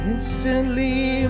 Instantly